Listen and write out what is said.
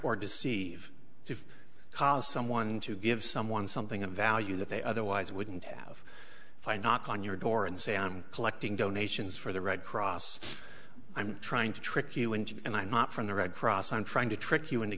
or deceive to cause someone to give someone something of value that they otherwise wouldn't have if i knock on your door and say i'm collecting donations for the red cross i'm trying to trick you into and i'm not from the red cross i'm trying to trick you into